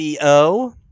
CO